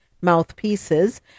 mouthpieces